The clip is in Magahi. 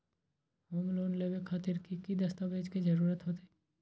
होम लोन लेबे खातिर की की दस्तावेज के जरूरत होतई?